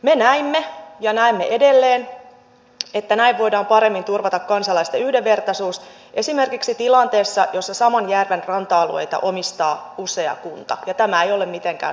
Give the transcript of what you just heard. me näimme ja näemme edelleen että näin voidaan paremmin turvata kansalaisten yhdenvertaisuus esimerkiksi tilanteessa jossa saman järven ranta alueita omistaa usea kunta ja tämä ei ole mitenkään harvinaista